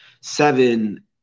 Seven